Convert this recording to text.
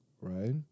right